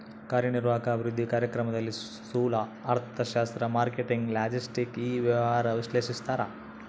ಕಾರ್ಯನಿರ್ವಾಹಕ ಅಭಿವೃದ್ಧಿ ಕಾರ್ಯಕ್ರಮದಲ್ಲಿ ಸ್ತೂಲ ಅರ್ಥಶಾಸ್ತ್ರ ಮಾರ್ಕೆಟಿಂಗ್ ಲಾಜೆಸ್ಟಿಕ್ ಇ ವ್ಯವಹಾರ ವಿಶ್ಲೇಷಿಸ್ತಾರ